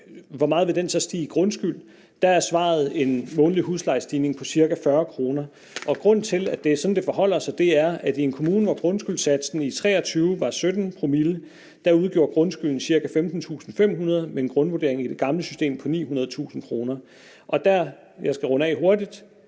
hvor meget vil den så stige i grundskyld? Der er svaret en månedlig huslejestigning på cirka 40 kr. Der er en grund til, at det forholder sig sådan. I en kommune, hvor grundskyldssatsen i 2023 var 17 promille, udgjorde grundskylden cirka 15.500 kr. med en grundvurdering i det gamle system på 900.000 kr. Jeg skal nok runde af hurtigt.